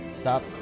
Stop